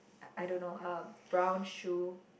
I I don't know uh brown shoe